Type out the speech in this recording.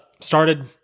started